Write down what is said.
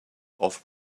off